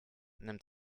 nimmt